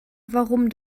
warum